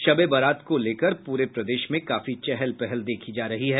शब ए बरात को लेकर पूरे प्रदेश में काफी चहल पहल देखी जा रही है